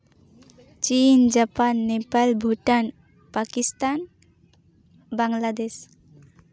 China Japan Nepal Bhutan Pakistan Bangladesh